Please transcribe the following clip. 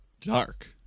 dark